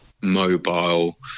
mobile